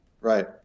Right